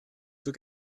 zur